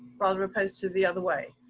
but proposed to the other way.